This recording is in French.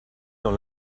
dans